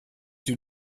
you